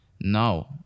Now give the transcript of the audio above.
No